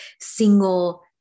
single